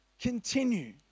continue